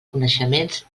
coneixements